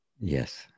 Yes